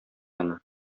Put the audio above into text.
аны